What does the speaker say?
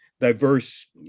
diverse